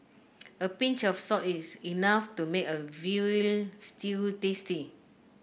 a pinch of salt is enough to make a veal stew tasty